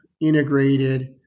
integrated